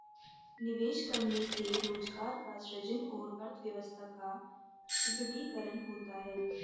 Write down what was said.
निवेश करने से रोजगार का सृजन और अर्थव्यवस्था का सुदृढ़ीकरण होता है